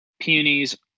peonies